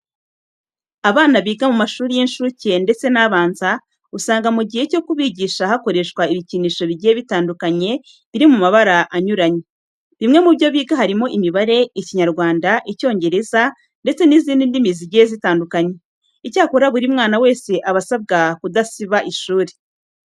Abana biga mu mashuri y'incuke ndetse n'abanza, usanga mu gihe cyo kubigisha hakoreshwa ibikinisho bigiye bitandukanye biri mu mabara anyuranye. Bimwe mu byo biga harimo imibare, Ikinyarwanda, Icyongereza ndetse n'izindi ndimi zigiye zitandukanye. Icyakora buri mwana wese aba asabwa kudasiba ishuri.